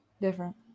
Different